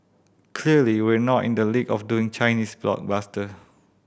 clearly we're not in the league of doing Chinese blockbusters